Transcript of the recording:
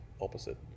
opposite